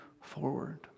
forward